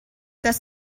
does